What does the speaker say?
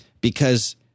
because-